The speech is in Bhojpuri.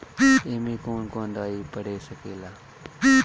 ए में कौन कौन दवाई पढ़ सके ला?